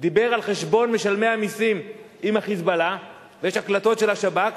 דיבר על חשבון משלמי המסים עם ה"חיזבאללה" יש הקלטות של השב"כ,